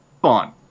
Fun